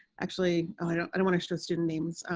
actually. i don't want to show student names.